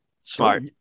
Smart